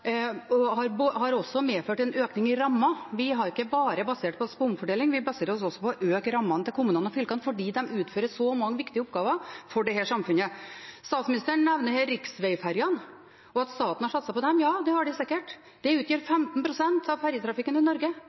også medført en økning i ramma. Vi har ikke bare basert oss på omfordeling, vi baserer oss også på å øke rammene til kommunene og fylkene fordi de utfører så mange viktige oppgaver for dette samfunnet. Statsministeren nevner her riksvegferjene, og at staten har satset på dem. Ja, det har de sikkert. Det utgjør 15 pst. av ferjetrafikken i Norge.